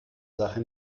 sache